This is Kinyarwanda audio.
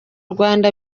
rwanda